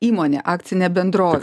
įmonė akcinė bendrovė